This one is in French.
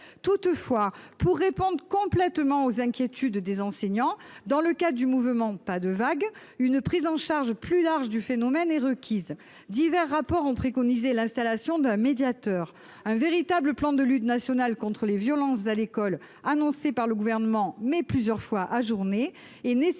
Toutefois pour répondre complètement aux inquiétudes des enseignants, dans le cadre du mouvement « PasDeVague », une prise en charge plus large du phénomène est requise. Divers rapports ont préconisé l'installation d'un médiateur. Un véritable plan de lutte national contre les violences à l'école, annoncé par le Gouvernement, mais plusieurs fois ajourné, est nécessaire